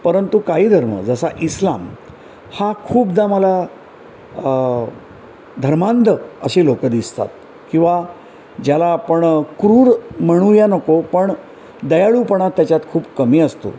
परंतु काही धर्म जसा इस्लाम हा खूपदा मला धर्मांध असे लोक दिसतात किंवा ज्याला आपण क्रूर म्हणूया नको पण दयाळूपणा त्याच्यात खूप कमी असतो